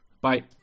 Bye